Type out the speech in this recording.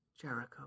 Jericho